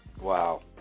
wow